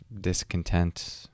discontent